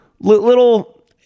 little